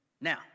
Now